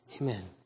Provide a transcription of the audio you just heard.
amen